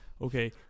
okay